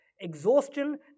exhaustion